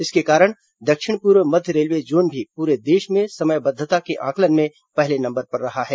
इसके कारण दक्षिण पूर्व मध्य रेलवे जोन भी पूरे देश में समयबद्वता के आंकलन में पहले नंबर पर रहा है